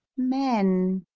men.